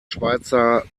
schweizer